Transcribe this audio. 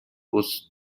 bus